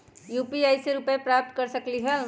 UPI से रुपए प्राप्त कर सकलीहल?